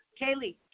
Kaylee